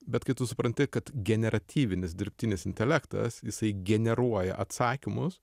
bet kai tu supranti kad generatyvinis dirbtinis intelektas jisai generuoja atsakymus